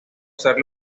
ser